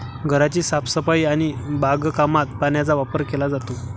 घराची साफसफाई आणि बागकामात पाण्याचा वापर केला जातो